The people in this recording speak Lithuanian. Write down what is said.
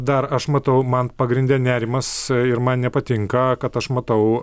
dar aš matau man pagrinde nerimas ir man patinka kad aš matau